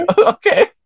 Okay